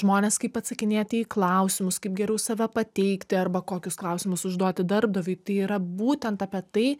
žmones kaip atsakinėti į klausimus kaip geriau save pateikti arba kokius klausimus užduoti darbdaviui tai yra būtent apie tai